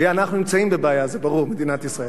ואנחנו נמצאים בבעיה, זה ברור, מדינת ישראל.